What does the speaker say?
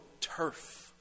turf